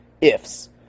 ifs